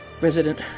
resident